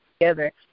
together